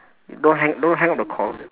don't hang don't hang up the call